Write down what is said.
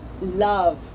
Love